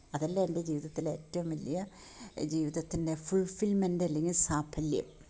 അതല്ലേ എൻ്റെ ജീവിതത്തിൽ ഏറ്റവും വലിയ ജീവിതത്തിൻ്റെ ഫുൾഫിൽമെൻ്റ് അല്ലെങ്കിൽ സാഫല്യം